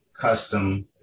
custom